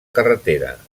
carretera